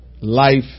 life